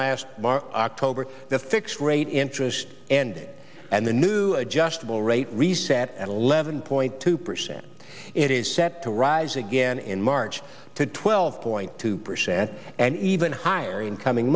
last october the fixed rate interest and and the new adjustable rate reset at eleven point two percent it is set to rise again in march to twelve point two percent and even higher in coming